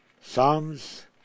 Psalms